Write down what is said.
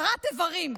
כרת איברים.